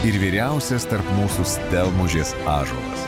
ir vyriausias tarp mūsų stelmužės ąžuolas